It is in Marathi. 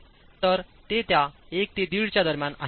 5 दरम्यान आहे